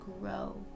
grow